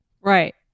Right